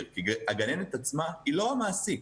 הגננת עצמה היא לא המעסיק,